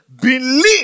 believe